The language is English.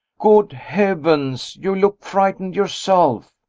good heavens, you look frightened yourself!